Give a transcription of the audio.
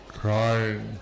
crying